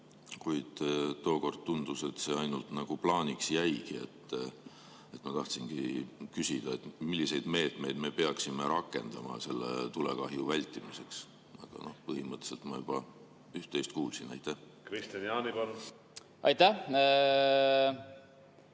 kuid tookord tundus, et see ainult nagu plaaniks jäigi. Ma tahtsingi küsida, milliseid meetmeid me peaksime rakendama selle tulekahju vältimiseks. Aga põhimõtteliselt ma juba üht-teist kuulsin. Ma sain tegelikult